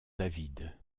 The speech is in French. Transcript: david